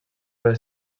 haver